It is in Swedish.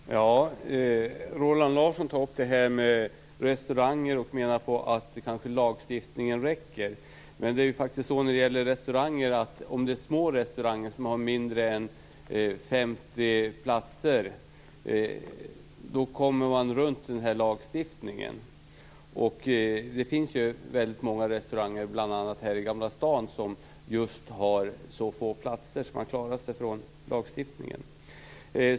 Fru talman! Roland Larsson tar upp frågan om rökning på restauranger och menar att lagstiftningen räcker. Men på små restauranger som har mindre än 50 platser kommer man runt den här lagstiftningen. Det finns ju väldigt många restauranger, bl.a. här i Gamla stan, som just har så få platser att de klarar sig undan lagstiftningen.